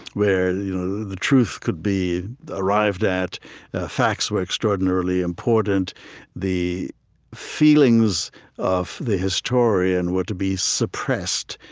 where you know the truth could be arrived at facts were extraordinarily important the feelings of the historian were to be suppressed.